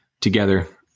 together